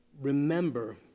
Remember